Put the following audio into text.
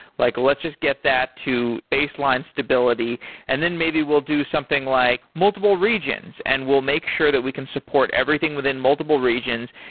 like let's just get that to baseline stability and then maybe we'll do something like multiple regions and we'll make sure that we can support everything within multiple regions.